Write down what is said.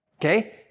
okay